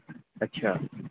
ਅੱਛਾ